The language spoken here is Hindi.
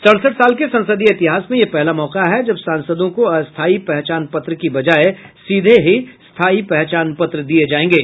सडसठ साल के संसदीय इतिहास में यह पहला मौका है जब सांसदों को अस्थायी पहचान पत्र के बजाय सीधे ही स्थायी पहचान पत्र दिये जायेंगे